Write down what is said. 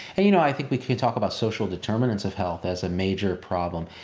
and you know i think we can talk about social determinants of health as a major problem.